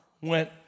went